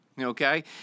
okay